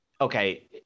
okay